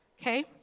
Okay